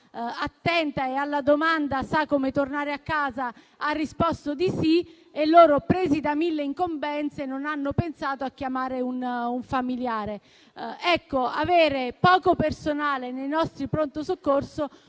attenta e alla domanda se sapeva tornare a casa, avrà risposto di sì e quel personale, preso da mille incombenze, non ha pensato a chiamare il familiare. Avere poco personale nei nostri pronto soccorso